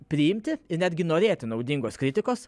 priimti ir netgi norėti naudingos kritikos